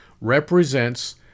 represents